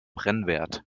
brennwert